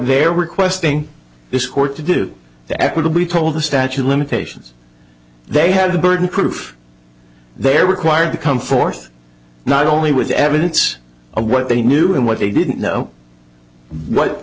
they're requesting this court to do to equitably told the statue of limitations they had the burden of proof they're required to come forth not only with evidence of what they knew and what they didn't know what